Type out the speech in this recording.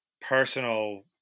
personal